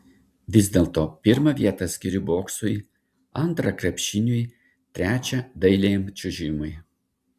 vis dėlto pirmą vietą skiriu boksui antrą krepšiniui trečią dailiajam čiuožimui